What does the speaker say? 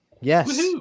yes